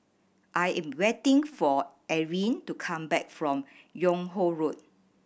I am waiting for Erin to come back from Yung Ho Road